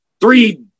three